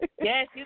Yes